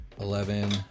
eleven